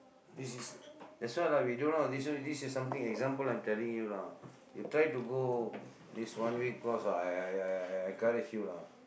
means is that's why lah we don't know this this is something example I'm telling you lah you try to go this one week course I I I I I I encourage you lah